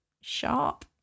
sharp